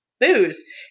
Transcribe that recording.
booze